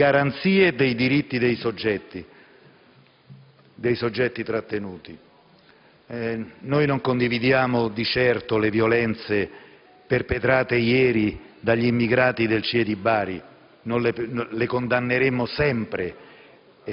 delle garanzie e dei diritti dei soggetti trattenuti. Non condividiamo di certo le violenze perpetrate ieri dagli immigrati del CIE di Bari; le condanneremo sempre,